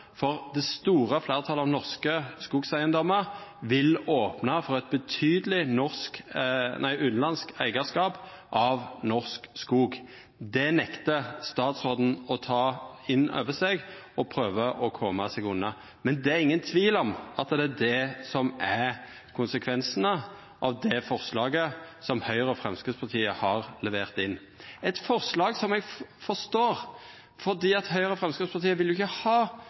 for det store fleirtalet av norske skogseigedomar vil opna for eit betydeleg utanlandsk eigarskap av norsk skog. Det nektar statsråden å ta innover seg og prøver å koma seg unna. Men det er ingen tvil om at det er det som er konsekvensane av det forslaget som Høgre og Framstegspartiet har levert inn. Det er eit forslag eg forstår, for Høgre og Framstegspartiet vil jo ikkje ha